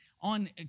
on